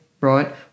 right